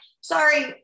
sorry